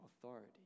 authority